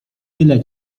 tyle